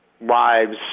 wives